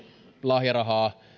lahjarahaa